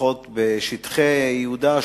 לפחות בשטחי יהודה,